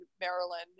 Maryland